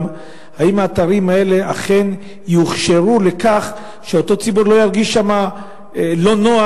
האם האתרים האלה אכן יוכשרו לכך שאותו ציבור לא ירגיש לא נוח